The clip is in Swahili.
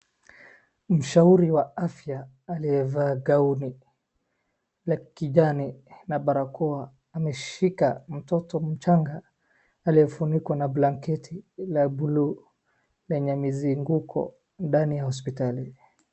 Mshauri wa afya aliyevaa ngauni la kijani na barakoa ameshika mtoto mchanga alyefunikwa na blanketi la buluu lenye mizunguko ndani ya hopsitali.